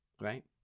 Right